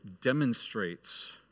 demonstrates